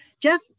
Jeff